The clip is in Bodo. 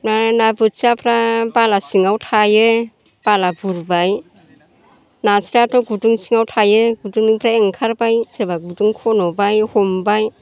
ना बोथियाफ्रा बाला सिंआव थायो बाला बुरबाय नास्रायाथ' गुदुं सिङाव थायो गुदुंनिफ्राय ओंखारबाय सोरबा गुदुं खन'बाय हमबाय